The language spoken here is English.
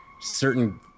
certain